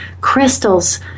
Crystals